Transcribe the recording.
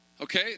okay